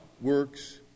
works